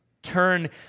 turn